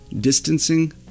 distancing